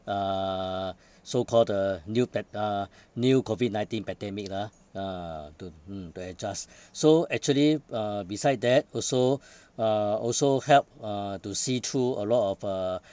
uh so called the new tech~ uh new COVID nineteen pandemic lah ah to mm to adjust so actually uh beside that also uh also help uh to see through a lot of uh